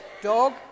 dog